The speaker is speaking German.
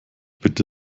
bitte